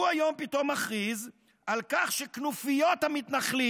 הוא היום פתאום מכריז על כך שכנופיות המתנחלים